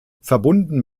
verbunden